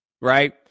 right